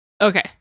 okay